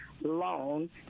loan